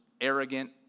arrogant